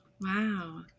Wow